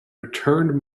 returned